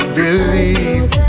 believe